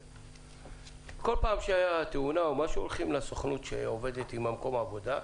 כל פעם שהייתה תאונה הולכים לסוכנות שעובדת עם מקום העבודה.